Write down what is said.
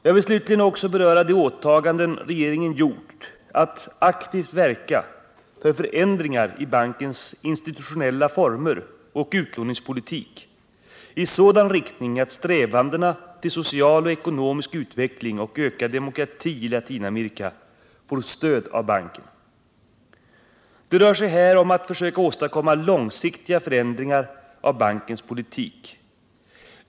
Jag vill slutligen också beröra det åtagande regeringen gjort att ”aktivt verka för förändringar i bankens institutionella former och utlåningspolitik i sådan riktning att strävandena till social och ekonomisk utveckling och ökad demokrati i Latinamerika får stöd av banken”. Det rör sig här om att försöka åstadkomma långsiktiga förändringar av bankens politik.